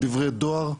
דברי דואר,